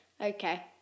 Okay